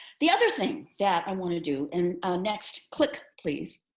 the other thing that i want to do, and next click please,